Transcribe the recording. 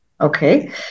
Okay